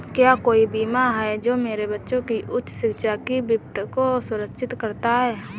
क्या कोई बीमा है जो मेरे बच्चों की उच्च शिक्षा के वित्त को सुरक्षित करता है?